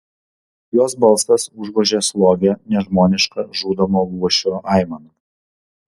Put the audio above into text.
jos balsas užgožė slogią nežmonišką žudomo luošio aimaną